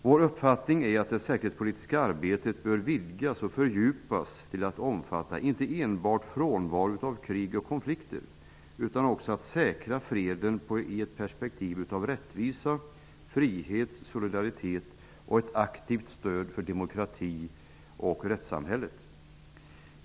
Vår uppfattning är att det säkerhetspolitiska arbetet bör vidgas och fördjupas till att omfatta inte enbart frånvaro av krig och konflikter, utan också att säkra freden i ett perspektiv av rättvisa, frihet, solidaritet och ett aktivt stöd för demokrati och rättssamhället.